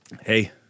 Hey